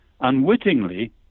unwittingly